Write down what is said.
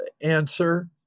answer